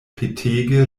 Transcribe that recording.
petege